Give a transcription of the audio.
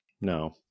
No